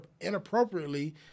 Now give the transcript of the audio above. inappropriately